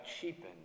cheapened